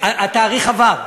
התאריך עבר,